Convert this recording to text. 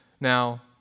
now